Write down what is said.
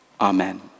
Amen